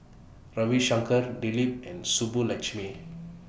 Ravi Shankar Dilip and Subbulakshmi